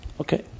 Okay